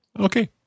Okay